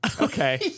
Okay